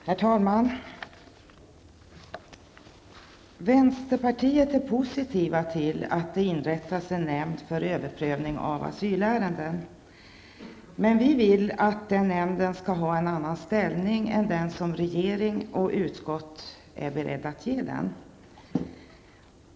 Herr talman! Vänsterpartiet är positivt till inrättande av en nämnd för överprövning av asylärenden, men vi vill att nämnden skall ha en annan ställning än den som regeringen och utskottet är beredda att ge den.